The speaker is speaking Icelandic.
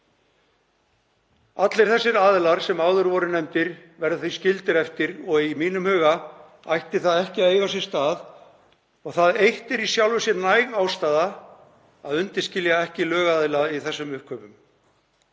Allir þessir aðilar sem áður voru nefndir verða því skildir eftir og í mínum huga ætti það ekki að eiga sér stað. Það eitt er í sjálfu sér næg ástæða að undanskilja ekki lögaðila í þessum uppkaupum.